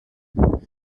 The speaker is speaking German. nach